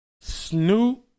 Snoop